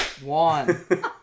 one